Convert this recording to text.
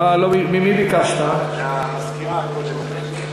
ביקשתי מהמזכירה, היא הייתה